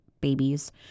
babies